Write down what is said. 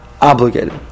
Obligated